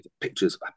pictures